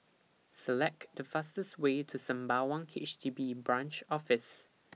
Select The fastest Way to Sembawang H D B in Branch Office